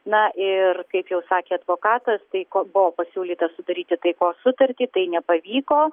na ir kaip jau sakė advokatas tai ko buvo pasiūlyta sudaryti taikos sutartį tai nepavyko